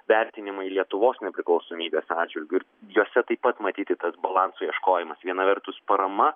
vertinimai lietuvos nepriklausomybės atžvilgiu juose taip pat matyti tas balanso ieškojimas viena vertus parama